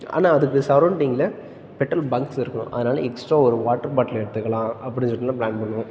ஆனால் அதுக்கு சரௌண்டிங்கில் பெட்ரோல் பங்க்ஸ் இருக்கணும் அதனால் எக்ஸ்ட்ரா ஒரு வாட்டர் பாட்லு எடுத்துக்கலாம் அப்படி சொல்ட்டுலாம் ப்ளான் பண்ணுவோம்